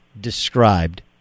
described